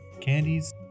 candies